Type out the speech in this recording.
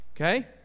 Okay